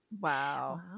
Wow